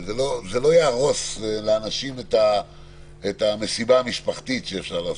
זה לא יהרוס לאנשים את המסיבה המשפחתית שאפשר לעשות,